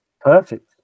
perfect